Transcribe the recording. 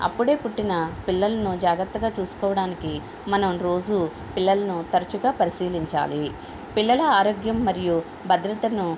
అప్పుడే పుట్టిన పిల్లలను జాగ్రత్తగా చూసుకోవడానికి మనం రోజూ పిల్లలను తరచుగా పరిశీలించాలి పిల్లల ఆరోగ్యం మరియు భద్రతను